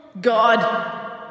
God